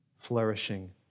flourishing